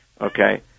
okay